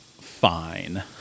fine